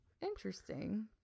Interesting